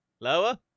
Lower